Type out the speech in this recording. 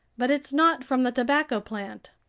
but it's not from the tobacco plant.